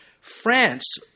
France